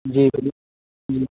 जी बोलिए जी